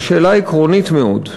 ושאלה עקרונית מאוד,